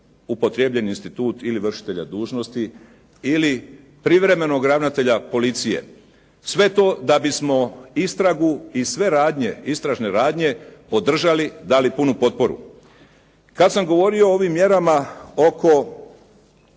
upotrijebljen institut ili vršitelja dužnosti ili privremenog ravnatelja policije. Sve to da bismo istragu i sve radnje, istražne radnje podržali, dali punu potporu. Kad sam govorio o ovim mjerama oko